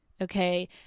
Okay